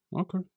Okay